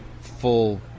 full